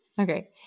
Okay